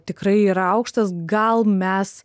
tikrai yra aukštas gal mes